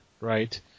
right